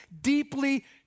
deeply